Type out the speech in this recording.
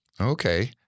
Okay